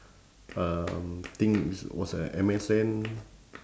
um thing which was a M S N